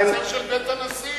בחצר של בית הנשיא.